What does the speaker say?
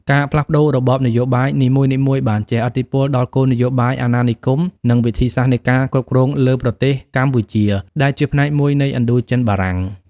ការផ្លាស់ប្ដូររបបនយោបាយនីមួយៗបានជះឥទ្ធិពលដល់គោលនយោបាយអាណានិគម និងវិធីសាស្រ្តនៃការគ្រប់គ្រងលើប្រទេសកម្ពុជា ដែលជាផ្នែកមួយនៃឥណ្ឌូចិនបារាំង។